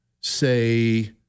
say